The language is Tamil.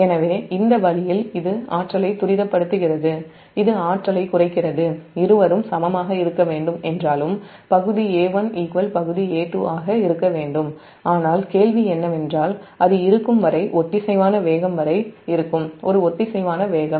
எனவே இந்த வழியில் இது ஆற்றலை துரிதப்படுத்துகிறது இது ஆற்றலைக் குறைக்கிறது இருவரும் சமமாக இருக்க வேண்டும் என்றாலும் பகுதி A1 பகுதி A2 ஆக இருக்க வேண்டும்